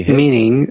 meaning